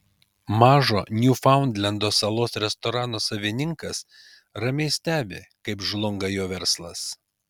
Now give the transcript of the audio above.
mažo niufaundlendo salos restorano savininkas ramiai stebi kaip žlunga jo verslas